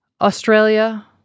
Australia